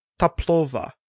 Taplova